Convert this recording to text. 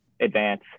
advance